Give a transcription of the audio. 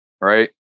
Right